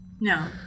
No